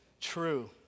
true